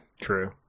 True